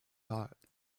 hot